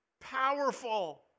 powerful